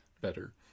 better